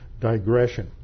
digression